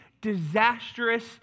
disastrous